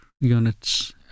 units